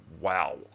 Wow